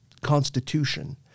constitution